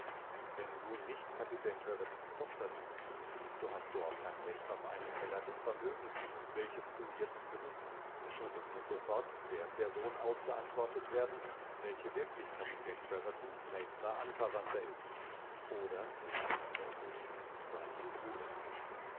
wenn du nicht kapitän trevertons tochter bist so hast du auch kein recht auf einen heller des vermögens welches du jetzt besitzest und es muß sofort der person ausgeantwortet werden welche wirklich kapitän trevertons nächster anverwandter ist oder mit andern worten seinem bruder